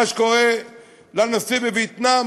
מה שקורה לנשיא בווייטנאם,